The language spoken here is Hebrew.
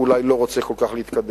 הוא אולי לא רוצה כל כך להתקדם,